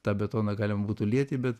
tą betoną galima būtų lieti bet